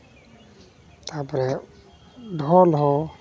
ᱛᱟᱯᱚᱨᱮ ᱰᱷᱚᱞ ᱦᱚᱸ